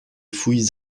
fouilles